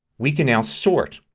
we can now sort.